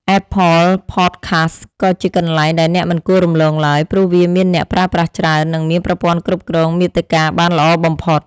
អែបផលផតខាស ក៏ជាកន្លែងដែលអ្នកមិនគួររំលងឡើយព្រោះវាមានអ្នកប្រើប្រាស់ច្រើន និងមានប្រព័ន្ធគ្រប់គ្រងមាតិកាបានល្អបំផុត។